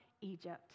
Egypt